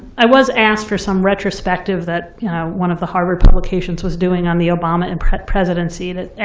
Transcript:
i was asked for some retrospective that one of the harvard publications was doing on the obama and presidency that